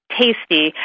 tasty